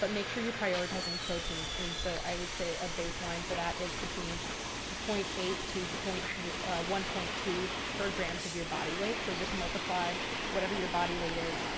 but make sure you're prioritizing protein. and so i would say a baseline for that is between point eight to one point two per grams of your body weight. so just multiply whatever your body weight is